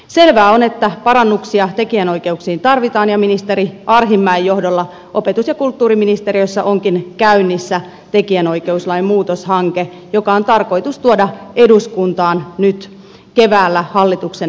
selvää on että parannuksia tekijänoikeuksiin tarvitaan ja ministeri arhinmäen johdolla opetus ja kulttuuriministeriössä onkin käynnissä tekijänoikeuslain muutoshanke joka on tarkoitus tuoda eduskuntaan nyt keväällä hallituksen esityksenä